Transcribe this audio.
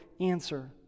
answer